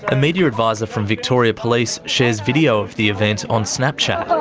and media advisor from victoria police shares video of the event on snapchat.